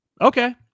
okay